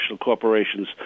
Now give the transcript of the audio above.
corporations